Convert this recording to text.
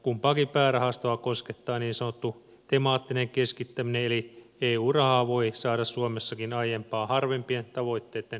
kumpaakin päärahastoa koskettaa niin sanottu temaattinen keskittäminen eli eu rahaa voi saada suomessakin aiempaa harvempien tavoitteitten toteutumiseen